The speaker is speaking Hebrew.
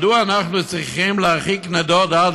מדוע אנחנו צריכים להרחיק נדוד עד